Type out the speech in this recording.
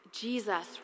Jesus